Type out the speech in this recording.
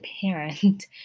parent